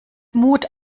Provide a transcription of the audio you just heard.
mut